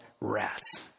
rats